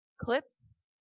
clips